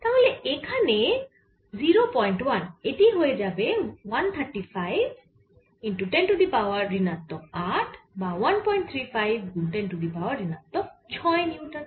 তাহলে এখানে 01এটি হয়ে যাবে 135 10 টু দি পাওয়ার ঋণাত্মক 8 বা 135 গুন 10 টু দি পাওয়ার ঋণাত্মক 6 নিউটন